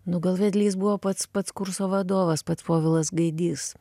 nu gal vedlys buvo pats pats kurso vadovas pats povilas gaidys